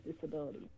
disability